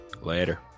later